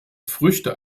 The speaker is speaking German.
früchte